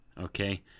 okay